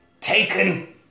Taken